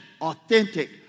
authentic